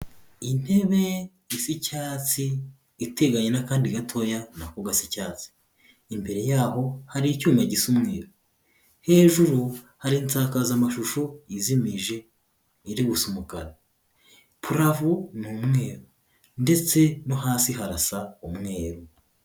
Intebe isa icyatsi iteganye n'akandi gatoya nako gasa icyatsi, imbere yaho hari icyuma gisa umweru, hejuru hari insakazamashusho izimije, iri gusa umukara, purafo ni umweru ndetse no hasi harasa umweru.